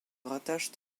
rattachent